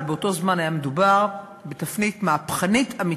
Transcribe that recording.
אבל באותו זמן היה מדובר בתפנית מהפכנית אמיתית: